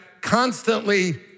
constantly